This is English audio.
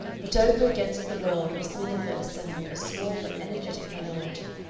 but over against the world miss miniver assembled a small but energetic minority,